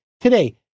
today